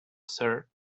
sir